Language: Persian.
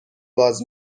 باز